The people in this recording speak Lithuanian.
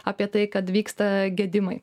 apie tai kad vyksta gedimai